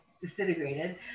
disintegrated